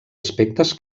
aspectes